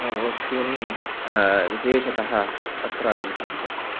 नाम वस्तूनि विशेषतः अत्र लभ्यन्ते